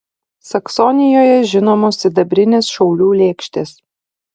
saksonijoje žinomos sidabrinės šaulių lėkštės